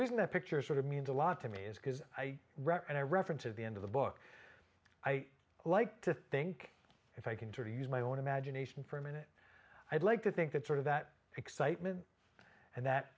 reason that picture sort of means a lot to me is because i read and i reference at the end of the book i like to think if i can to use my own imagination for a minute i'd like to think that sort of that excitement and that